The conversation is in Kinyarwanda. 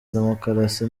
demokarasi